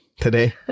Today